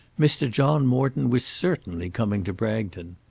mr. john morton was certainly coming to bragton.